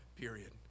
period